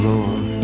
Lord